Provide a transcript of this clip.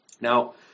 Now